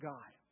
God